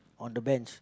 on the bench